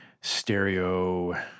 stereo